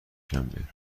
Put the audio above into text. شنبه